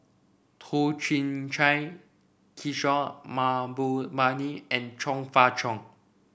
Toh Chin Chye Kishore Mahbubani and Chong Fah Cheong